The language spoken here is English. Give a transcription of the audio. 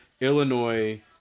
Illinois